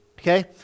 Okay